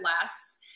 less